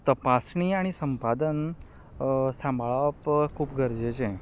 तपासणी आनी संपादन सांबाळप खूब गरजेचें